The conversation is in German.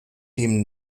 dem